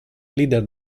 leader